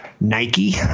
Nike